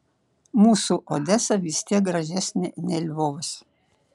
mūsų odesa vis tiek gražesnė nei lvovas